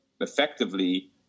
effectively